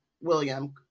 William